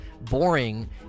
boring